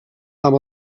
amb